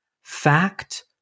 Fact